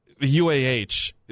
UAH